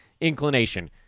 inclination